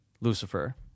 Lucifer